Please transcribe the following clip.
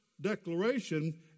declaration